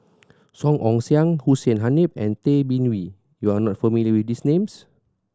Song Ong Siang Hussein Haniff and Tay Bin Wee you are not familiar with these names